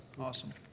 Awesome